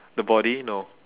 the body no